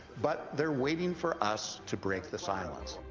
but they're waiting for us to break the silence.